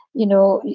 you know,